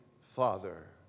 Father